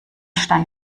stand